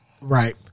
right